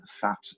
fat